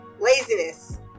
laziness